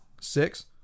six